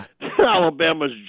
Alabama's